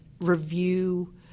review